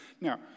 Now